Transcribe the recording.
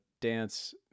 dance